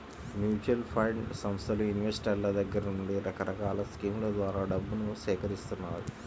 mutual fund సంస్థలు ఇన్వెస్టర్ల దగ్గర నుండి రకరకాల స్కీముల ద్వారా డబ్బును సేకరిత్తాయి